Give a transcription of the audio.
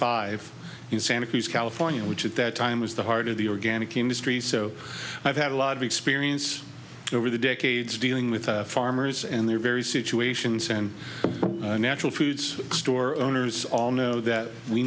five in santa cruz california which at that time was the heart of the organic industry so i've had a lot of experience over the decades dealing with farmers and their very situations and natural foods store owners all know that we